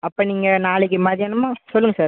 அப்போ நீங்கள் நாளைக்கு மதியானமாக சொல்லுங்கள் சார்